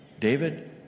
David